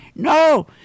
No